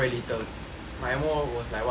my ammo like what thirty